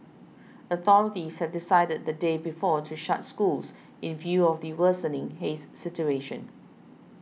authorities had decided the day before to shut schools in view of the worsening haze situation